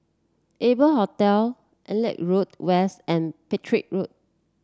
Adler Hostel Auckland Road West and Petir Road